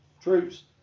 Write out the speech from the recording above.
troops